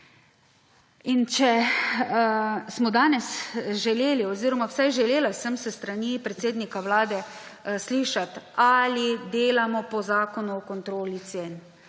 Če smo danes želeli oziroma vsaj želela sem s strani predsednika Vlade slišati, ali delamo po Zakonu o kontroli cen,